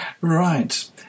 Right